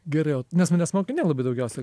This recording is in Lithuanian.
gerai ot nes manęs mokiniai labai daugiausia